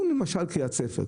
למשל קריית ספר,